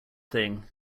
thing